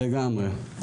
לגמרי.